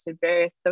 various